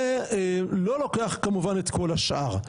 ולא לוקח כמובן את כל השאר.